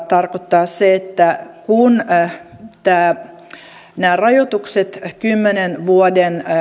tarkoittaa sitä että kun nämä rajoitukset kymmenen vuoden